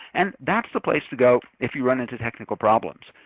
and that's the place to go if you run into technical problems.